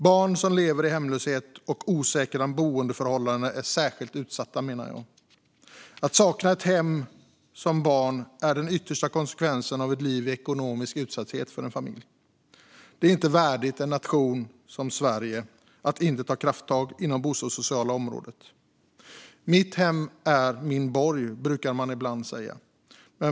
Barn som lever i hemlöshet och har osäkra boendeförhållanden är särskilt utsatta, menar jag. Att barn saknar ett hem är den yttersta konsekvensen av ett liv i ekonomisk utsatthet för en familj. Det är inte värdigt en nation som Sverige att inte ta krafttag på det bostadssociala området. "Mitt hem är min borg", brukar man ibland säga.